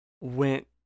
went